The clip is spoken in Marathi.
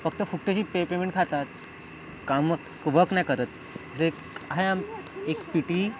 फक्त फुकटाची पे पेमेंट खातात कामं वर्क नाही करत जे एक आहे एक पी टी